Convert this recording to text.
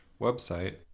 website